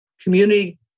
Community